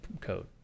code